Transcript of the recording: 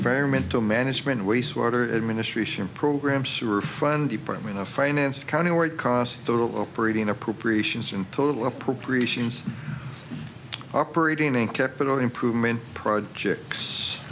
ferment to management waste water administration program sewer from department of finance county where it cost the operating appropriations and total appropriations operating in capital improvement projects